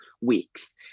weeks